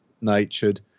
natured